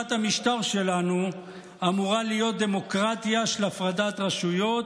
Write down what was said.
שיטת המשטר שלנו אמורה להיות דמוקרטיה של הפרדת רשויות,